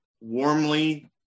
Warmly